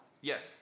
Yes